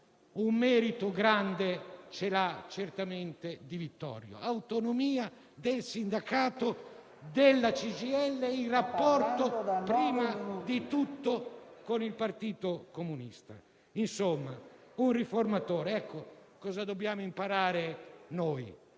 un merito grande ce l'ha certamente Di Vittorio: autonomia del sindacato, della CGIL, in rapporto, prima di tutto, con il Partito Comunista; insomma, un riformatore. Ecco cosa dobbiamo imparare noi: